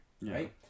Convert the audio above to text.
Right